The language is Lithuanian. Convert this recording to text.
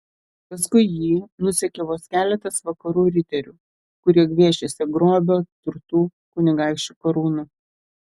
paskui jį nusekė vos keletas vakarų riterių kurie gviešėsi grobio turtų kunigaikščių karūnų